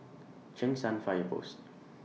Cheng San Fire Post